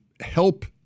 help